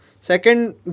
Second